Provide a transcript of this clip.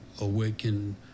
awaken